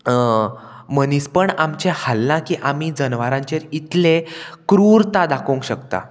मनीसपण आमचें हाल्ला की आमी जनवरांचेर इतले क्रूरता दाखोवंक शकता